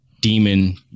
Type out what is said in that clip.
demon